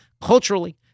culturally